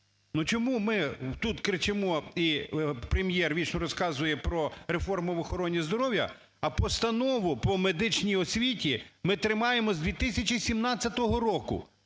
Ну, чому ми тут кричимо, і Прем'єр розказує про реформу в охороні здоров'я, а постанову по медичній освіті ми тримаємо з 2017 року?